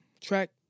Track